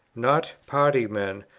not party men,